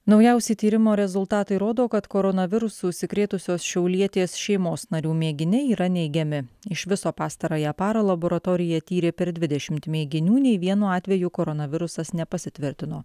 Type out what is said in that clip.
naujausi tyrimo rezultatai rodo kad koronavirusu užsikrėtusios šiaulietės šeimos narių mėginiai yra neigiami iš viso pastarąją parą laboratorija tyrė per dvidešimt mėginių nei vienu atveju koronavirusas nepasitvirtino